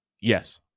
Yes